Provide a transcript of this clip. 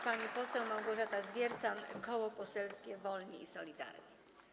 Pani poseł Małgorzata Zwiercan, Koło Poselskie Wolni i Solidarni.